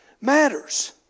matters